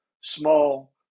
small